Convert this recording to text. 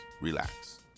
relax